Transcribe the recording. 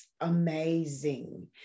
amazing